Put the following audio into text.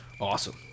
Awesome